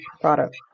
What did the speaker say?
product